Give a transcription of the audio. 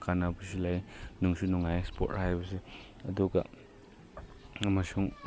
ꯀꯥꯟꯅꯕꯁꯨ ꯂꯩ ꯅꯨꯡꯁꯨ ꯅꯨꯡꯉꯥꯏ ꯁ꯭ꯄꯣꯔꯠ ꯍꯥꯏꯕꯁꯦ ꯑꯗꯨꯒ ꯑꯃꯁꯨꯡ